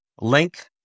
link